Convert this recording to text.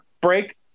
break